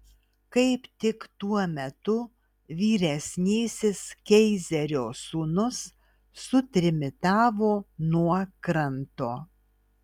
kaip tik tuo metu vyresnysis keizerio sūnus sutrimitavo nuo kranto